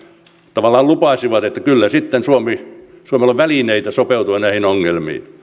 tavallaan lupasivat että kyllä sitten suomella on välineitä sopeutua näihin ongelmiin